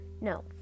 No